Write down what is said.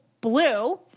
blue